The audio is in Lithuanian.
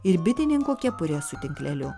ir bitininko kepurė su tinkleliu